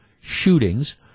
shootings